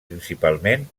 principalment